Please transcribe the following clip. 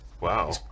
wow